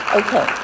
okay